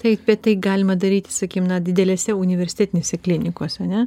taip bet tai galima daryti sakykim na didelėse universitetinėse klinikose ane